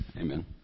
Amen